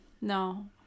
No